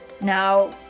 Now